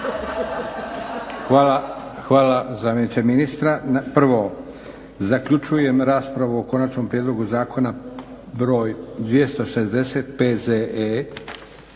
Hvala zamjeniče ministra. Prvo, zaključujem raspravu o Konačnom prijedlogu Zakona br. 260 P.Z.E.